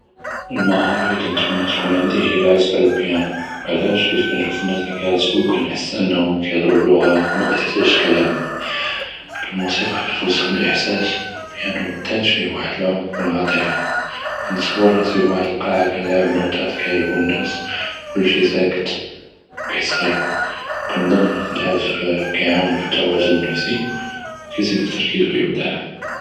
אלמְהַארָה אללי כִּנתמַנָא תִכּוּן עַנְדִי הִיא אלעַזְף על אלפִיָאנּו, עלאשו? חית כִּנשּׁוּף אלנּאס אללי כִּיעְזְפוּ יִהַדְרוּ בלּוּגה מַתְחָתוּגִ'ש כְּלָאם, אלמוסיקה כִּתְוָסַל וחד אחְסָאס פִי אלפִיָאנּו בְּזַאת פִיה עֻמק ו עַאטְפָה, כִּנְתַחַלֵם רַאסִי בּוְחַד אלקַעָה כִּנלְעַבּ נוּתָּאת יְעְגְבוּ נַאס, כִּלְשִּׁי סַאקֵּת ו כִּיִּצְגִי, כִּנחַס אלעַזְף כִּכְעַאוּן תִוָאזוּן פִי אלזַאת ו כִּיְזִיד פִי אלאִבְדָاع.